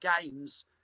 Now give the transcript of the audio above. games